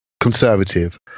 conservative